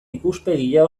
ikuspegia